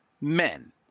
men